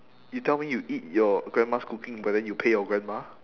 you tell me you eat your grandma's cooking but then you pay your grandma